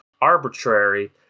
arbitrary